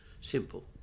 Simple